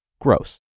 gross